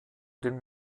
den